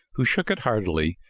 who shook it heartily,